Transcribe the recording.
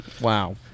wow